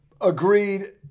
agreed